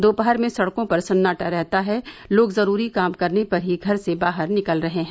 दोपहर में सड़कों पर सन्नाटा रहता है लोग जरूरी काम होने पर ही घर से बाहर निकल रहे हैं